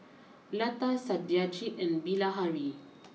Lata Satyajit and Bilahari